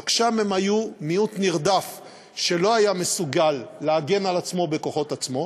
רק שם הם היו מיעוט נרדף שלא היה מסוגל להגן על עצמו בכוחות עצמו,